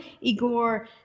Igor